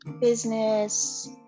business